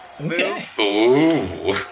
Okay